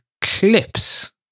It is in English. clips